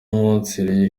munsi